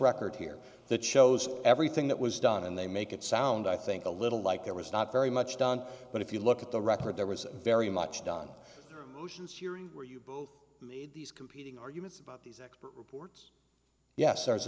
record here that shows everything that was done and they make it sound i think a little like there was not very much done but if you look at the record there was very much done since hearing where you both made these competing arguments about these expert reports ye